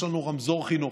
יש לנו רמזור חינוך,